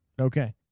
Okay